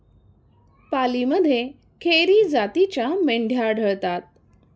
पालीमध्ये खेरी जातीच्या मेंढ्या आढळतात